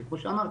כי כמו שאמרתי,